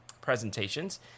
presentations